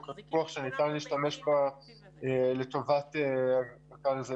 הפיקוח שניתן להשתמש בה לטובת מפקחים.